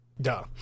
Duh